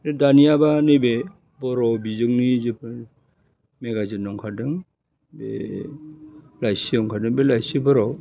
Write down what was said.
बे दानियाबा नैबे बर' बिजोंनि जिफोर मेगाजिनाव ओंखारदों बे लाइसिआव ओंखारदों बे लाइसिफोराव